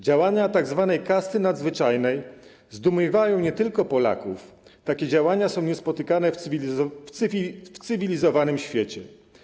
Działania tzw. 'Kasty nadzwyczajnej' zdumiewają nie tylko Polaków, takie działania są niespotykane w cywilizowanym świecie.